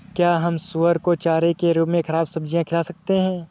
क्या हम सुअर को चारे के रूप में ख़राब सब्जियां खिला सकते हैं?